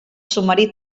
submarí